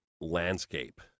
landscape